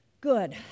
good